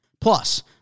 Plus